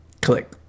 click